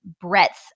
breadth